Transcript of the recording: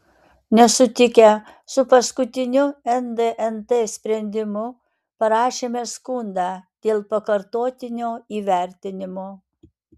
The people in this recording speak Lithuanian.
nesutikę su paskutiniu ndnt sprendimu parašėme skundą dėl pakartotinio įvertinimo